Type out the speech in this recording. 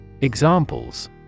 Examples